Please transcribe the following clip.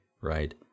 right